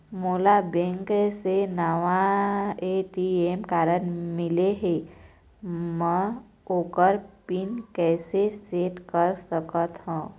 मोला बैंक से नावा ए.टी.एम कारड मिले हे, म ओकर पिन कैसे सेट कर सकत हव?